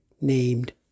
named